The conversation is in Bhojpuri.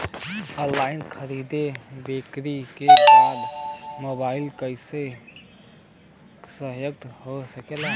ऑनलाइन खरीद बिक्री बदे मोबाइल कइसे सहायक हो सकेला?